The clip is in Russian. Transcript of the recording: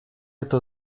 это